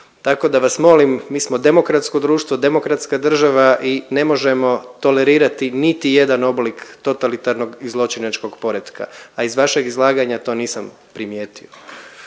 Tako da vas molim, mi smo demokratsko društvo, demokratska država i ne možemo tolerirati niti jedan oblik totalitarnog i zločinačkog poretka, a iz vašeg izlaganja to nisam primijetio.